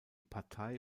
partei